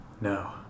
No